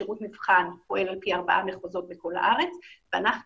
שירות מבחן פועל על פי ארבעה מחוזות בכל הארץ ואנחנו